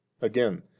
again